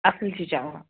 اَصٕل چھِ چَلان